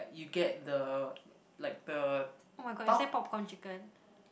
like you get the like the ddeok